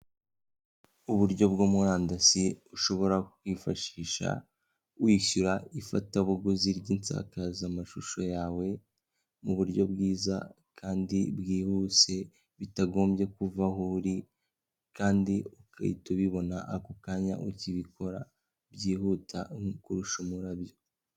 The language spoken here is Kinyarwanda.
Uburyo bwa murandasi ushobora kwifashisha wishyura ifatabuguzi ry'insakazamashusho yawe, mu buryo bwiza kandi, bwihuse bitagombye kuva aho uri; kandi ugahita ubibona ako kanya ukibikora, byihuta kurusha umurabyo!